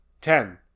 Ten